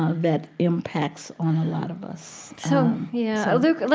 ah that impacts on a lot of us so yeah. luke, like